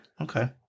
Okay